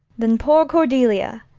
then poor cordelia!